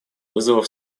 вызовов